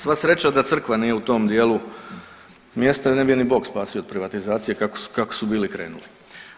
Sva sreća da crkva nije u tom dijelu mjesta ne bi je ni Bog spasio od privatizacije kako su, kako su bili krenuli.